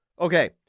Okay